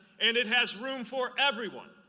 and it has room for everyone,